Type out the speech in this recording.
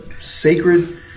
sacred